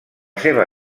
seva